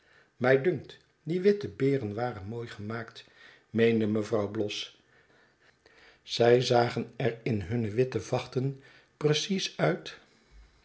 mij dunkt die witte beeren waren mooi gemaakt meende mevrouw bloss zij zagen er in hun witte vachten precies uit